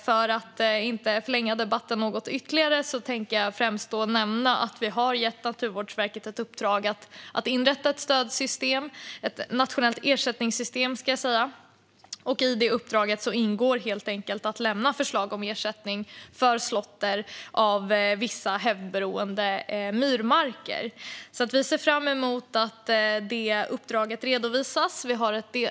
För att inte förlänga debatten ytterligare tänkte jag nämna att vi har gett Naturvårdsverket i uppdrag att inrätta ett nationellt ersättningssystem. I det uppdraget ingår att lämna förslag om ersättning för slåtter av vissa hävdberoende myrmarker. Vi ser fram emot att det uppdraget redovisas.